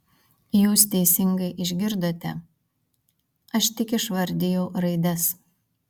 jūs teisingai išgirdote aš tik išvardijau raides